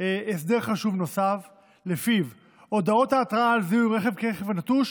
הסדר חשוב נוסף שלפיו הודעות ההתראה על זיהוי רכב כרכב נטוש